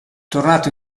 tornato